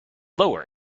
lower